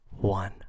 one